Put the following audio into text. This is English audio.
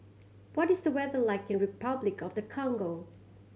what is the weather like in Repuclic of the Congo